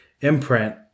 imprint